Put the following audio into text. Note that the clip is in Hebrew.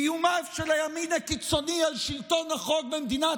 איומיו של הימין הקיצוני על שלטון החוק במדינת